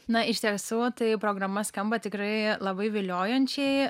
na iš tiesų tai programa skamba tikrai labai viliojančiai